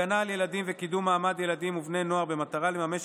הגנה על ילדים וקידום מעמד ילדים ובני נוער במטרה לממש